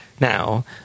now